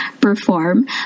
perform